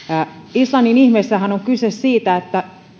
islannin ihmeessähän on kyse siitä